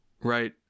Right